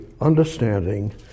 understanding